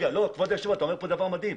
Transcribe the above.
כבוד היושב ראש, אתה אומר כאן דבר מדהים.